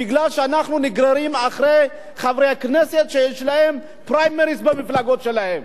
כי אנחנו נגררים אחרי חברי כנסת שיש להם פריימריס במפלגות שלהם,